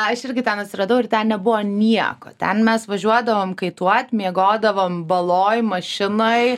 aš irgi ten atsiradau ir ten nebuvo nieko ten mes važiuodavom kaituot miegodavom baloj mašinoj